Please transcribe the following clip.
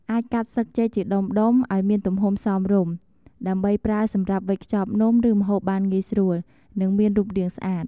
អាចកាត់ស្លឹកចេកជាដុំៗឱ្យមានទំហំសមរម្យ ដើម្បីប្រើសម្រាប់វេចខ្ចប់នំ ឬម្ហូបបានងាយស្រួល និងមានរូបរាងស្អាត។